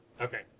Okay